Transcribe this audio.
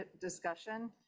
discussion